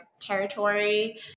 territory